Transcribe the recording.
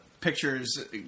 pictures